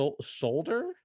Shoulder